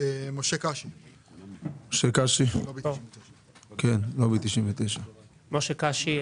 משה קאשי, לובי 99. משה קאשי,